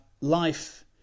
life